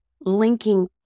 linking